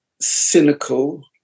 cynical